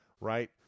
right